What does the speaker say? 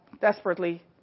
desperately